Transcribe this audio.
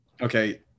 Okay